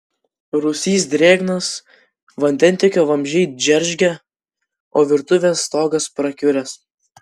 rūsys drėgnas vandentiekio vamzdžiai džeržgia o virtuvės stogas prakiuręs